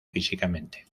físicamente